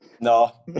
no